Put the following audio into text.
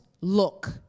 look